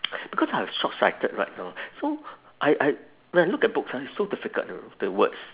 because I have short sighted right now so I I when I look at books ah it's so difficult you know the words